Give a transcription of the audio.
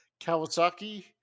Kawasaki